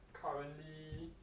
currently